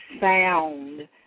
sound